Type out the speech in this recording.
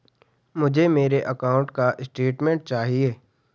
मुझे मेरे अकाउंट का स्टेटमेंट चाहिए?